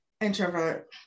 Introvert